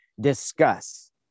discuss